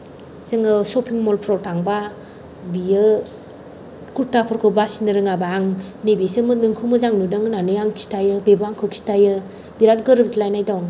जोङो shopping mall फोराव थांबा बियो कुर्टाफोरखौ बासिनो रोङाबा आं नैबेसो नोंखौ मोजां नुदों होननानै आं खिथायो बेबो आंखौ खिथायो बिराद गोरोबज्लायनाय दं